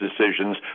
decisions